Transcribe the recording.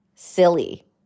silly